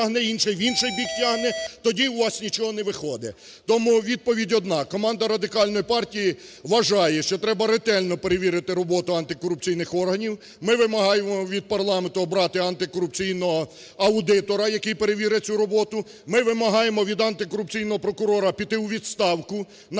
відповідь одна: команда Радикальної партії вважає, що треба ретельно перевірити роботу антикорупційних органів. Ми вимагаємо від парламенту обрати антикорупційного аудитора, який перевірить цю роботу. Ми вимагаємо від антикорупційного прокурора піти у відставку на час